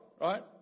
right